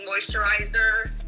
moisturizer